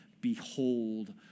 Behold